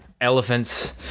elephants